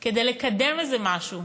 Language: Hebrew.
כדי לקדם משהו.